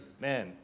man